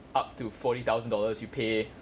up to forty thousand dollars you pay